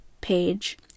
page